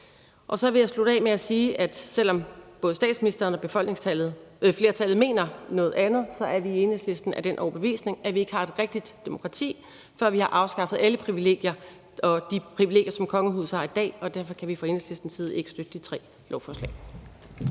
Så vil jeg slutte af med at sige, at selv om både statsministeren og befolkningsflertallet mener noget andet, er vi i Enhedslisten af den overbevisning, at vi ikke har et rigtigt demokrati, før vi har afskaffet alle privilegier og de privilegier, som kongehuset har i dag. Derfor kan vi fra Enhedslistens side ikke støtte de tre lovforslag.